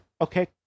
okay